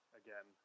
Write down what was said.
again